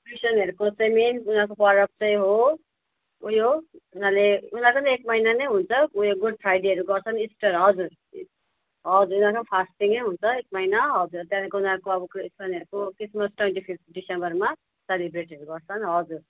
क्रिस्चियनहरूको चाहिँ मेन उनीहरूको पर्व चाहिँ हो उयो उनीहरूले उनीहरूको पनि एक महिना नै हुन्छ उयो गुड फ्राइडेहरू गर्छन् इस्टर हजुर हजुर उनीहरूको पनि फस्टिङै हुन्छ एक महिना हजुर त्यहाँदेखिको उनीहरूको अब क्रिस्चियनहरूको क्रिसमस ट्वेन्टी फिफ्त डिसम्बरमा सेलिब्रेटहरू गर्छन् हजुर